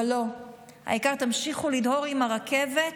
אבל לא, העיקר תמשיכו לדהור עם הרכבת